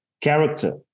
Character